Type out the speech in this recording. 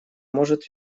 может